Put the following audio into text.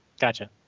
Gotcha